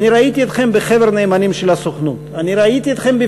אני ראיתי אתכם בחבר הנאמנים של הסוכנות,